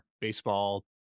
baseball